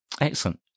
Excellent